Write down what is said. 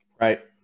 right